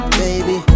baby